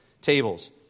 tables